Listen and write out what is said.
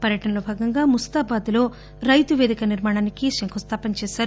పర్వ టనలో భాగంగా ముస్తాబాద్లో రైతు వేదిక నిర్మాణానికి మంత్రులు శంకుస్థాపన చేశారు